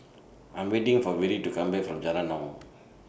I'm waiting For Vere to Come Back from Jalan Naung